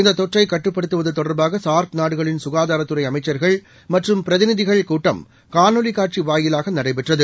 இந்ததொற்றைகட்டுப்படுத்துவதுதொடர்பாகசார்க்நாடுகளின்சுகாதாரத்துறைஅமைச்சர் கள்மற்றும்பிரதிநிதிகள்கூட்டம்காணொலிக்காட்சிவாயிலாகநடைபெற்றது